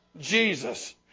Jesus